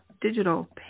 digital